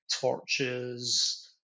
torches